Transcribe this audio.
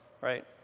right